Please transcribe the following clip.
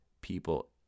people